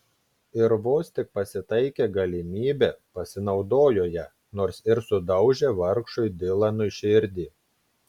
ir vos tik pasitaikė galimybė pasinaudojo ja nors ir sudaužė vargšui dilanui širdį